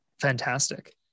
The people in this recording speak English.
fantastic